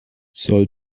soll